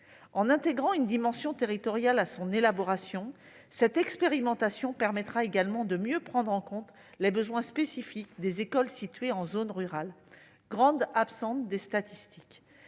En intégrant une dimension territoriale à son élaboration, cette expérimentation permettra également de mieux prendre en compte les besoins spécifiques des écoles situées en zones rurales, grandes absentes des statistiques.